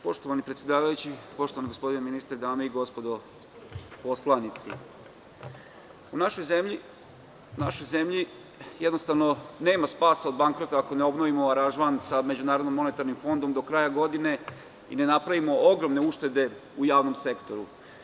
Poštovani predsedavajući, poštovani gospodine ministre, dame i gospodo poslanici, u našoj zemlji jednostavno nema spasa od bankrota ako ne obnovimo aranžman sa Međunarodnim monetarnim fondom do kraja godine i ne napravimo ogromne uštede u javnom sektoru.